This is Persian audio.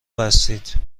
بستید